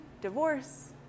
Divorce